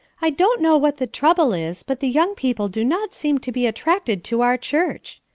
i don't know what the trouble is, but the young people do not seem to be attracted to our church,